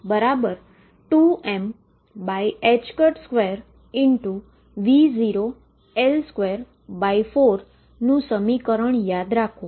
તેથી X2Y22m2 V0L24 નું સમીકરણ યાદ રાખો